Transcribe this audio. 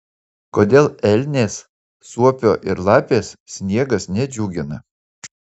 kodėl elnės suopio ir lapės sniegas nedžiugina